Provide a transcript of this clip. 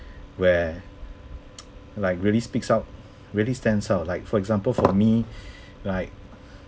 where like really speaks out really stands out like for example for me like